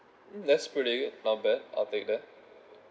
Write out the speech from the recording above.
mm that's pretty good not bad I'll take that